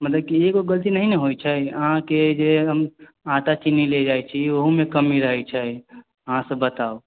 मतलब कि ई जे गलती नहीं न होइ छै अहाँ के जे हम आटा चिन्नी ले जाइ छी ओहू मे कमी रहै छै अहाँ से बताऊ